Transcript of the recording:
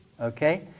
okay